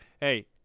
Hey